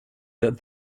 that